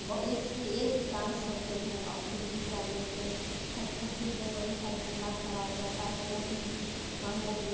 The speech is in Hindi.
एक से एक डांस होते हैं और टी वी चैनल पर हर छब्बीस जनवरी पर झण्डा फहराया जाता है मोदीजी व